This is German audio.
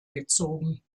gezogen